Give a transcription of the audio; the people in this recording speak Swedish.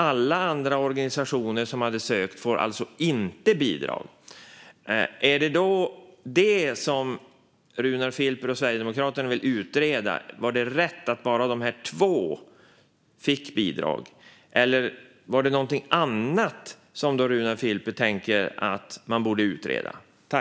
Inga andra organisationer som hade sökt får bidrag. Är det då det som Runar Filper och Sverigedemokraterna vill utreda? Var det rätt att bara dessa två fick bidrag? Eller är det någonting annat som Runar Filper tänker att man borde utreda?